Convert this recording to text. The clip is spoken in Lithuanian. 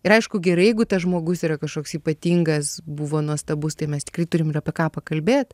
ir aišku gerai jeigu tas žmogus yra kažkoks ypatingas buvo nuostabus tai mes tikrai turim ir apie ką pakalbėt